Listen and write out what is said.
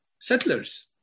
settlers